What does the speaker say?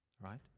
Right